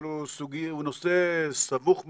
אבל הוא נושא סבוך מאוד,